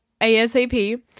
ASAP